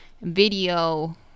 video